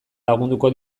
lagunduko